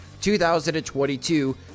2022